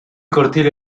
cortili